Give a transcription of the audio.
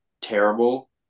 terrible